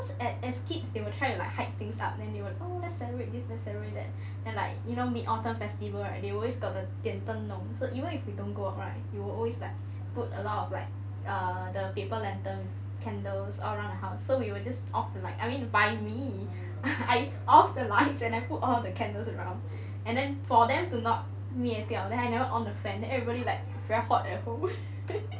as kids they will try to like hide things up then they will oh let's celebrate this let's celebrate that and like you know mid autumn festival right they always got the 点灯笼 so even if we don't go out right you will always put a lot of like err the paper lantern candles all around house so we will just off the lights I mean by me I off the lights and I put all the candles around and then for them to not 灭掉 then I never on the fan then everybody like very hot at home